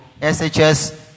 SHS